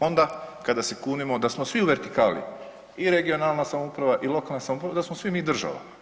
Onda kada se kunemo da smo svi u vertikali, i regionalna samouprava i lokalna samouprava, da smo svi mi država.